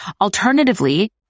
Alternatively